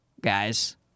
guys